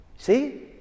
See